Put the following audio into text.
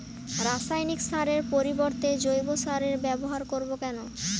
রাসায়নিক সারের পরিবর্তে জৈব সারের ব্যবহার করব কেন?